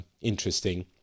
interesting